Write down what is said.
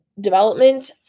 development